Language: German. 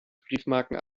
briefmarken